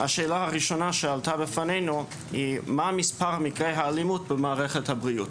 השאלה הראשונה שעלתה בפנינו היא מה מספר מקרי האלימות במערכת הבריאות.